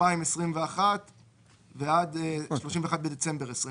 2019 וחודשים ינואר ופברואר בשנת 2020,